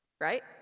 right